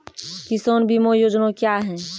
किसान बीमा योजना क्या हैं?